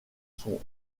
son